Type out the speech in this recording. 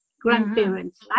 grandparents